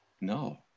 No